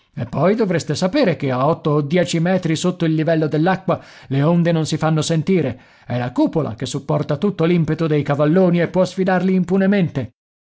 e poi dovreste sapere che a otto o dieci metri sotto il livello dell'acqua le onde non si fanno sentire è la cupola che sopporta tutto l'impeto dei cavalloni e può sfidarli impunemente